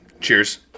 cheers